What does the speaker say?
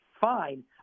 fine